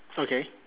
okay